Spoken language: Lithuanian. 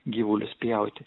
gyvulius pjauti